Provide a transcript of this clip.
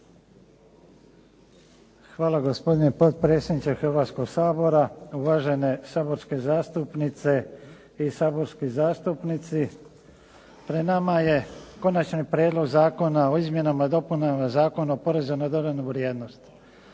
Hvala gospodine potpredsjedniče Hrvatskoga sabora, uvažene saborske zastupnice i saborski zastupnici. Pred nama je Konačni prijedlog zakona o Izmjenama i dopunama Zakona o porezu na dodanu vrijednost.